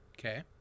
Okay